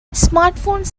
smartphones